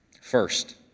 First